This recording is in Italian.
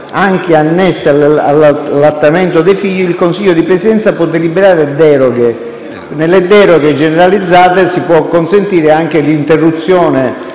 anche annesse all'allattamento dei figli, il Consiglio di Presidenza può deliberare deroghe"». Nelle deroghe generalizzate si può consentire anche l'interruzione